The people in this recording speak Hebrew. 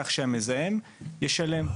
כך שהמזהם ישלם.